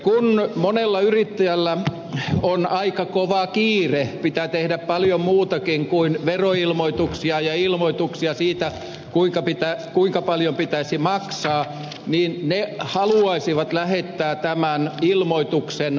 kun monella yrittäjällä on aika kova kiire ja pitää tehdä paljon muutakin kuin veroilmoituksia ja ilmoituksia siitä kuinka paljon pitäisi maksaa niin he haluaisivat lähettää tämän ilmoituksen faksina